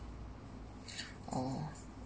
oh